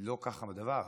לא כך הדבר.